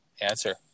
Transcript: answer